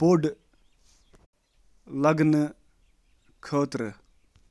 مورن سۭتۍ کتھ باتھ کرُن۔